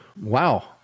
wow